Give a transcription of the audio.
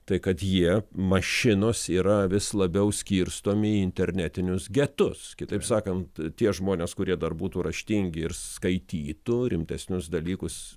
tai kad jie mašinos yra vis labiau skirstomi į internetinius getus kitaip sakant tie žmonės kurie dar būtų raštingi ir skaitytų rimtesnius dalykus